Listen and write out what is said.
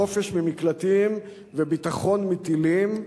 חופש ממקלטים וביטחון מטילים.